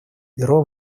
бюро